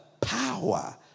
power